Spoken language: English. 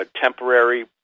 temporary